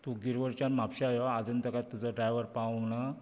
तूं गिरवडच्यान म्हापशा यो आजून तेकात तुजो ड्रायव्हर पावूंक ना